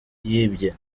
yibye